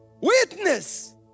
witness